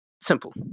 Simple